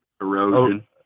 Erosion